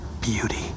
beauty